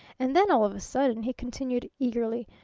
and then, all of a sudden, he continued eagerly,